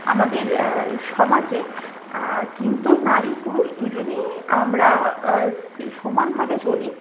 আমাদের সমাজে কিন্তু নারী পুরুষ দুজনেই আমরা স সমানভাবে চলি